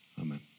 Amen